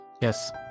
Yes